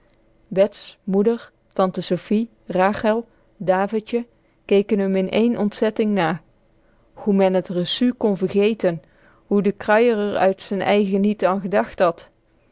bets moeder tante sofie rachel davidje keken m in één ontzetting na hoe men t recu kon vergeten hoe de kruier r uit z'n eigen niet an gedacht had